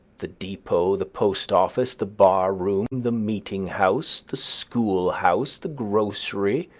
the depot, the post-office, the bar-room, the meeting-house, the school-house, the grocery,